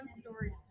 story